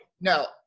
No